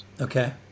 okay